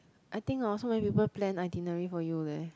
I think orh so many people plan itinerary for you leh